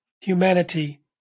humanity